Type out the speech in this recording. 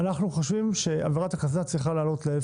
אנחנו חושבים שעבירת הקסדה צריכה לעלות ל-1,000